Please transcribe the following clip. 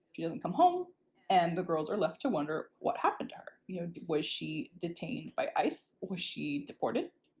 she doesn't come home and the girls are left to wonder what happened to her. you know, was she detained by ice? was she deported?